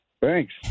Thanks